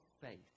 faith